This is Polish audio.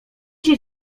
się